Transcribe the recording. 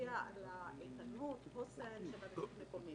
שמצביע על האיתנות, על החוסן של הרשות המקומית.